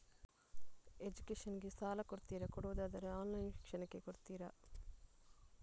Education ಗೆ ಸಾಲ ಕೊಡ್ತೀರಾ, ಕೊಡುವುದಾದರೆ ಆನ್ಲೈನ್ ಶಿಕ್ಷಣಕ್ಕೆ ಕೊಡ್ತೀರಾ?